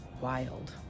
wild